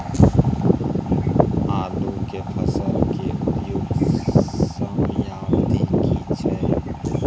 आलू के फसल के उपयुक्त समयावधि की छै?